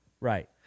Right